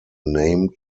name